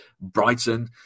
Brighton